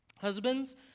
Husbands